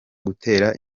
gutera